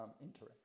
interaction